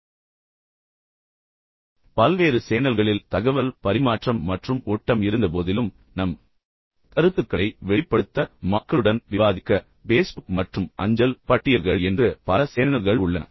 இப்போது பல்வேறு சேனல்களில் தகவல் பரிமாற்றம் மற்றும் ஓட்டம் இருந்தபோதிலும் இப்போது நம் கருத்துக்களை வெளிப்படுத்த மக்களுடன் விவாதிக்க பேஸ்புக் மற்றும் அஞ்சல் பட்டியல்கள் என்று பல சேனல்கள் உள்ளன